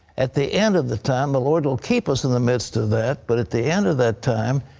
at the end of the time, the lord will keep us in the midst of that. but at the end of that time,